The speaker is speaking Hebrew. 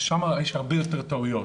יש הרבה יותר טעויות.